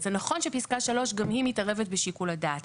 זה נכון שפסקה (3) גם היא מתערבת בשיקול הדעת.